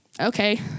okay